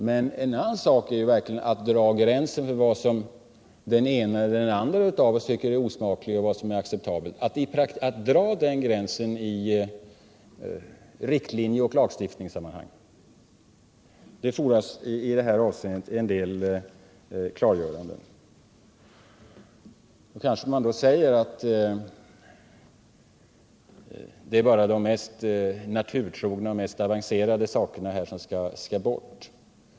Men en annan sak är verkligen att dra gränsen för vad den ena eller den andra av oss tycker är osmakligt och vad som är acceptabelt — att dra den gränsen genom riktlinjer och i lagstiftningssammanhang. Det fordras i det avseendet en del klargöranden. Kanske man då säger, att det är bara de mest naturtrogna och mest avancerade sakerna som skall bort.